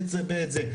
את זה ואת זה.